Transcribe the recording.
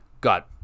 Got